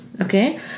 Okay